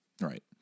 Right